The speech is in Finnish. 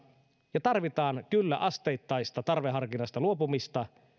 ja tarvitaan kyllä asteittaista tarveharkinnasta luopumista